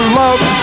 love